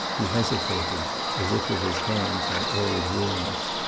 he hesitated, as if with his hands on old wounds.